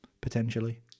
potentially